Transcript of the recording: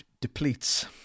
depletes